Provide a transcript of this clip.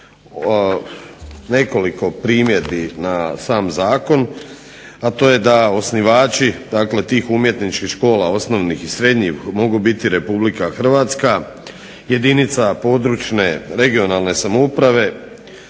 nekoliko primjedbi na sam zakon, a to je da osnivači tih umjetničkih škola osnovnih i srednjih mogu biti Republika Hrvatska, jedinica područne regionalne samouprave,